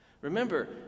Remember